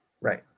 Right